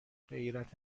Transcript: غیرت